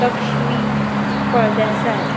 Takshvi Phaldesai